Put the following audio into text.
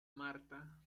marta